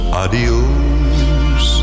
adios